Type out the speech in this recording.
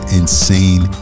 insane